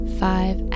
five